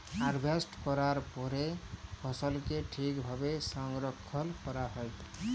harvest ক্যরার পরে ফসলকে ঠিক ভাবে সংরক্ষল ক্যরা হ্যয়